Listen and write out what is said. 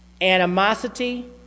animosity